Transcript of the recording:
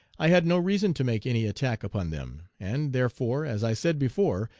i had no reason to make any attack upon them, and, therefore, as i said before,